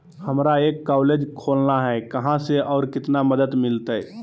हमरा एक कॉलेज खोलना है, कहा से और कितना मदद मिलतैय?